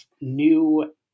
new